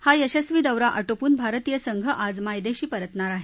हा यशस्वी दौरा आटोपून भारतीय संघ आज मायदेशी परतणार आहे